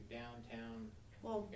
downtown